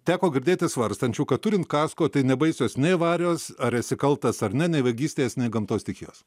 teko girdėti svarstančių kad turint kasko nebaisios nei avarijos ar esi kaltas ar ne nei vagystės nei gamtos stichijos